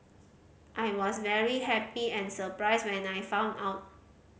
I was very happy and surprised when I found out